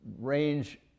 range